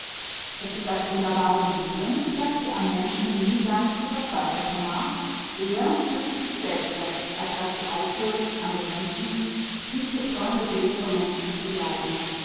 es ist das wunderbare der jugend daß sie am menschen nie ganz zu verzweifeln vermag eher wirft sie sich selbst weg als daß sie aufhört an den menschen dies geträumte bild vom menschen zu glauben